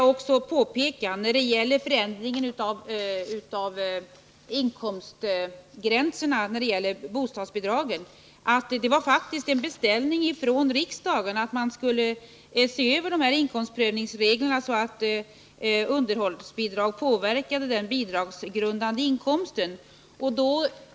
När det gäller förändringen av inkomstgränserna för bostadsbidragen vill jag påpeka att det faktiskt var riksdagen som beställde en översyn av inkomstprövningsreglerna, så att underhållsbidrag kom att påverka den bidragsgrundande inkomsten.